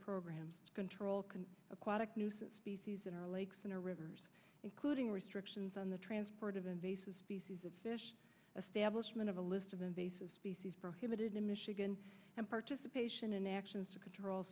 programs control can aquatic species in our lakes and our rivers including restrictions on the transport of invasive species of fish establishment of a list of invasive species prohibited in michigan and participation in actions to control